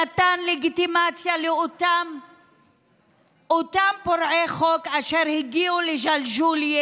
נתן לגיטימציה לאותם פורעי חוק אשר הגיעו לג'לג'וליה